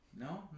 No